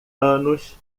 anos